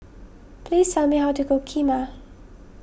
please tell me how to cook Kheema